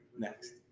next